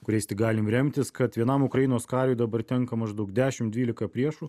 kuriais tik galim remtis kad vienam ukrainos kariui dabar tenka maždaug dešim dvylika priešų